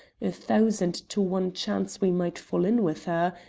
a thousand to one chance we might fall in with her,